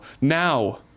Now